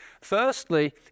Firstly